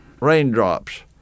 Raindrops